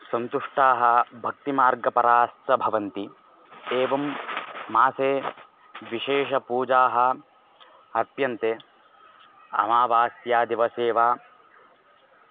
सन्तुष्टाः भक्तिमार्गपराश्च भवन्ति एवं मासे विशेषपूजाः अर्प्यन्ते अमावास्यादिवसे वा